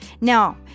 Now